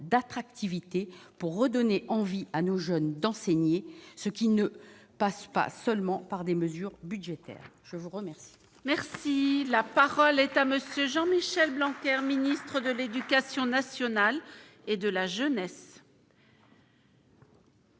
d'attractivité pour redonner envie à nos jeunes d'enseigner, ce qui ne passe pas seulement par des mesures budgétaires, je vous remercie. Merci, la parole est à monsieur Jean Michel Blanquer, ministre de l'Éducation nationale et de la jeunesse.